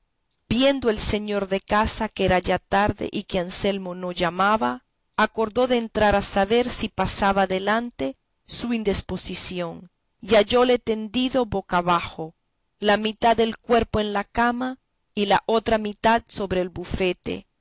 viendo el señor de casa que era ya tarde y que anselmo no llamaba acordó de entrar a saber si pasaba adelante su indisposición y hallóle tendido boca abajo la mitad del cuerpo en la cama y la otra mitad sobre el bufete